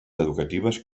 educatives